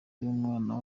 y’umwana